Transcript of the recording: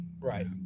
Right